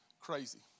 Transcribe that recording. crazy